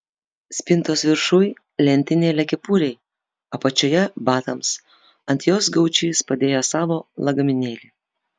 spintos viršuj lentynėlė kepurei apačioje batams ant jos gaučys padėjo savo lagaminėlį